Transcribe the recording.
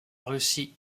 russie